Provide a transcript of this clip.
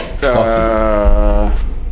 coffee